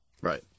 Right